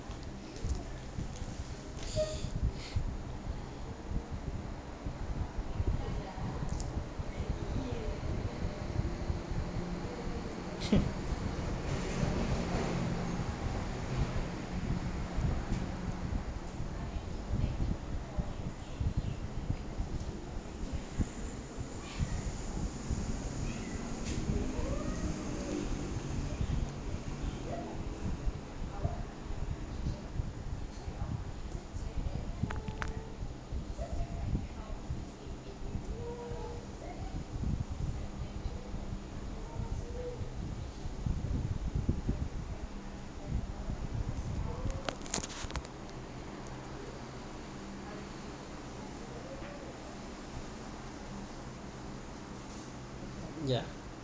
ya